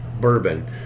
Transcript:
bourbon